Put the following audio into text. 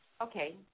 Okay